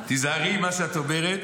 תיזהרי עם מה שאת אומרת,